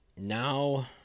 now